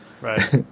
Right